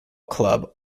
club